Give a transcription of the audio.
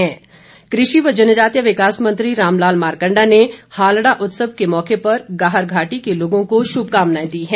इस बीच कृषि व जनजातीय विकास मंत्री रामलाल मारकंडा ने हालड़ा उत्सव के मौके पर गाहर घाटी के लोगों को शुभकामनाएं दी है